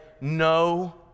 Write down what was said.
No